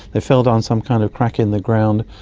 they fell down some kind of crack in the ground,